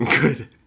Good